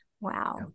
Wow